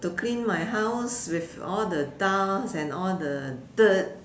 to clean my house with all the dust and all the dirt